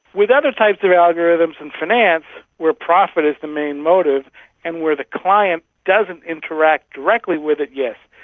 with other types of algorithms in finance where profit is the main motive and where the client doesn't interact directly with it yes,